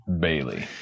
Bailey